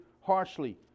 harshly